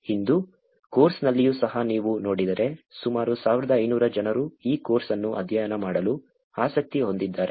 ಇಂದು ಕೋರ್ಸ್ನಲ್ಲಿಯೂ ಸಹ ನೀವು ನೋಡಿದರೆ ಸುಮಾರು 1500 ಜನರು ಈ ಕೋರ್ಸ್ ಅನ್ನು ಅಧ್ಯಯನ ಮಾಡಲು ಆಸಕ್ತಿ ಹೊಂದಿದ್ದಾರೆ